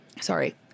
Sorry